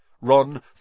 Ron